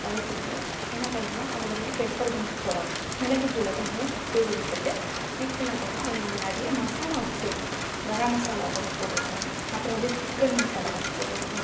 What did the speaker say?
வதக்கிகிட்டு என்ன பண்ணுன்னா அதில் வந்து பெப்பர் கொஞ்சம் போடணும் மிளகுத்தூளை கொஞ்சம் தூவி விட்டுவிட்டு நெக்ஸ்ட் என்ன பண்ணுன்னா அதில் நம்ம நிறைய மசாலா வந்து சேர்க்கணும் கரமசாலா கொஞ்சம் போட்டுக்கணும் அப்புறம் வந்து சிக்கன் மசாலா கொஞ்சம் போட்டுக்கணும்